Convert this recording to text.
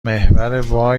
محور